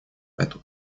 эту